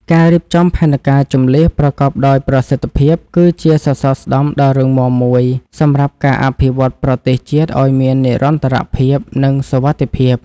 ការរៀបចំផែនការជម្លៀសប្រកបដោយប្រសិទ្ធភាព គឺជាសសរស្តម្ភដ៏រឹងមាំមួយសម្រាប់ការអភិវឌ្ឍប្រទេសជាតិឱ្យមាននិរន្តរភាព និងសុវត្ថិភាព។